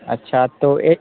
अच्छा तो एक